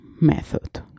method